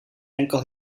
enkel